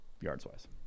yards-wise